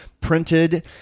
printed